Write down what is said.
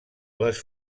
les